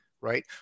right